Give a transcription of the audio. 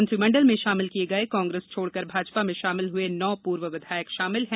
मंत्रिमंडल में शामिल किए गए कांग्रेस छोड़कर भाजपा में शामिल हुए नौ पूर्व विधायक शामिल हैं